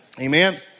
Amen